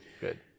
Good